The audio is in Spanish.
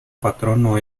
patrono